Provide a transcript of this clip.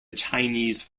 chinese